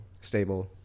Stable